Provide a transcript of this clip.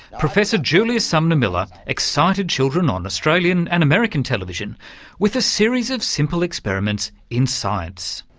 professor julius sumner miller excited children on australian and american television with a series of simple experiments in science.